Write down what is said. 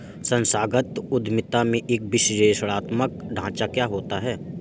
संस्थागत उद्यमिता में एक विश्लेषणात्मक ढांचा क्या होता है?